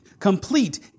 Complete